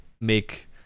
make